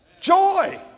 joy